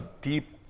deep